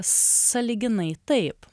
sąlyginai taip